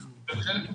בדיון,